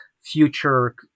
future